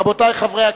רבותי חברי הכנסת,